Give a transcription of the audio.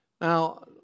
Now